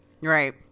Right